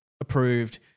approved